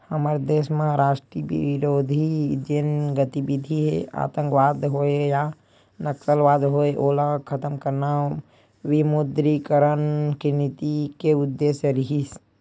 हमर देस म राष्ट्रबिरोधी जेन गतिबिधि हे आंतकवाद होय या नक्सलवाद होय ओला खतम करना विमुद्रीकरन के नीति के उद्देश्य रिहिस